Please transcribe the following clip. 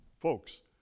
folks